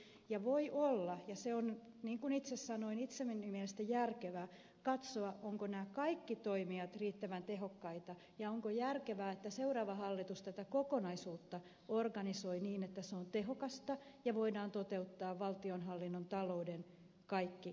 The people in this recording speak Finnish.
söderman viittasi ja voi olla järkevää ja se on niin kuin itse sanoin itseni mielestä järkevää katsoa ovatko nämä kaikki toimijat riittävän tehokkaita ja onko järkevää että seuraava hallitus tätä kokonaisuutta organisoi niin että se on tehokasta ja voidaan toteuttaa valtionhallinnon talouden kaikki kriteerit